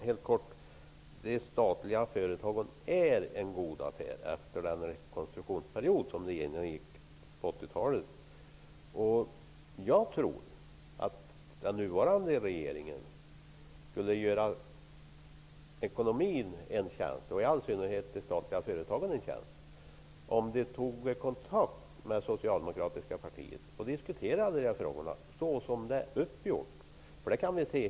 Herr talman! De statliga företagen är en god affär efter den rekonstruktionsperiod de genomgick på 1980-talet. Jag tror att den nuvarande regeringen skulle göra ekonomin och i all synnerhet de statliga företagen en tjänst om regeringen tog kontakt med socialdemokratiska partiet och diskuterade dessa frågor så som det är uppgjort.